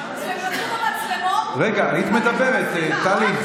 מצלמות, רגע, היית מדברת, טלי.